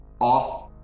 off